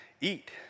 eat